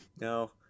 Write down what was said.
No